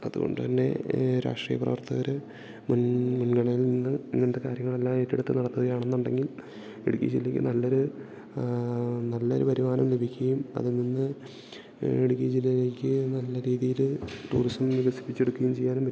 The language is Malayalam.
അതുകൊണ്ട് തന്നെ രാഷ്ട്രീയ പ്രവർത്തകര് മുൻ മുൻഗണയിൽ നിന്ന് ഇങ്ങനത്തെ കാര്യങ്ങളെല്ലാം ഏറ്റെടുത്ത് നടത്തുകയാണെന്നുണ്ടെങ്കിൽ ഇടുക്കി ജില്ലക്ക് നല്ലൊര് നല്ലൊരു വരുമാനം ലഭിക്കുകയും അതിൽ നിന്ന് ഇടുക്കി ജില്ലയിലേക്ക് നല്ല രീതിയിൽ ടൂറിസം വികസിപ്പിച്ചെടുക്കുകയും ചെയ്യാനും പറ്റും